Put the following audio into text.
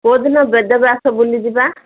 କେଉଁ ଦିନ ବେଦବ୍ୟାସ ବୁଲି ଯିବା